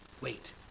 Wait